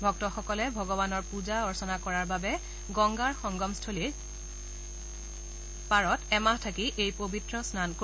ভক্তসকলে ভগৱানৰ পূজা অৰ্চনা কৰাৰ বাবে গংগাৰ সংগমস্থলীৰ পাৰত এমাহ থাকি এই পবিত্ৰ স্নান কৰিব